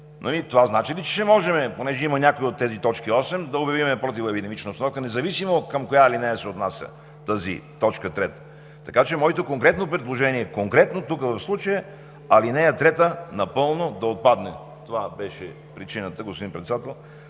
това значи ли, че ще можем, понеже има някои от тези осем точки, да обявим противоепидемична обстановка, независимо към коя алинея се отнася тази т. 3. Моето конкретно предложение, конкретно тук в случая, е ал. 3 напълно да отпадне. Това беше причината, господин Председател,